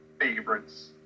favorites